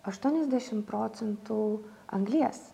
aštuoniasdešim procentų anglies